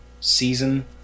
season